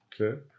Okay